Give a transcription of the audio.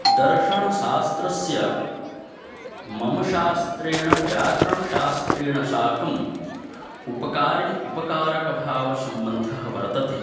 दर्शनशास्त्रेण मम शास्त्रेण व्याकरणशास्त्रेण साकम् उपकार्य उपकारकभावसम्बन्धः वर्तते